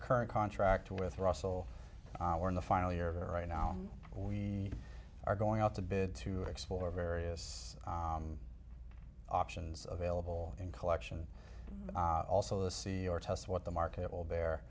current contract with russell we're in the final year of it right now we are going out to bid to explore various options available in collection also the c or test what the market will bear